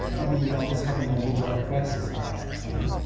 um mean i was having my midlife crisis about that time.